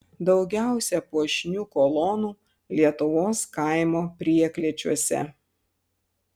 daugiausia puošnių kolonų lietuvos kaimo prieklėčiuose